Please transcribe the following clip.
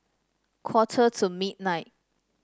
quarter to midnight